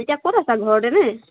এতিয়া ক'ত আছা ঘৰতে নে